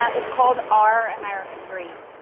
it's called our american dream.